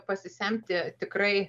pasisemti tikrai